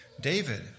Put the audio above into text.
David